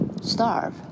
starve